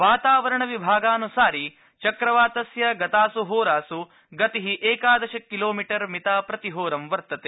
वातावरण विभागानुसारि चक्रवातस्य गतासु होरासु गति एकादश किलोमीटरमिता प्रतिहोरं वर्तते